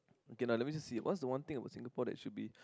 okay lah let me just see what is the one thing about Singapore that should be